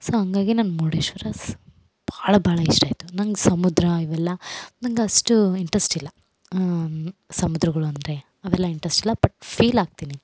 so ಹಂಗಾಗಿ ನನ್ನ ಮುರ್ಡೇಶ್ವರಸ್ ಭಾಳ ಭಾಳ ಇಷ್ಟ ಆಯಿತು ನಂಗೆ ಸಮುದ್ರ ಇವೆಲ್ಲ ನಂಗೆ ಅಷ್ಟು ಇಂಟ್ರೆಸ್ಟ್ ಇಲ್ಲ ಸಮುದ್ರಗಳು ಅಂದರೆ ಅವೆಲ್ಲ ಇಂಟ್ರೆಸ್ಟ್ ಇಲ್ಲ ಬಟ್ ಫೀಲ್ ಆಗ್ತೀನಿ